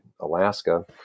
Alaska